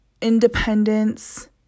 Independence